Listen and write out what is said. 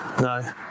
no